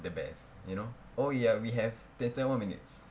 the best you know oh ya we have ten ten more minutes